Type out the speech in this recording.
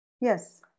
Yes